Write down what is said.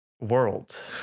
world